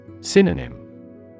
Synonym